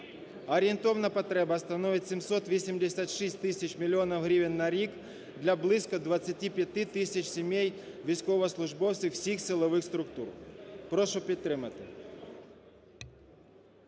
Орієнтовна потреба становить 786 тисяч мільйонів гривень на рік для близько 25 тисяч сімей військовослужбовців всіх силових структур. Прошу підтримати.